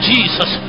Jesus